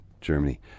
Germany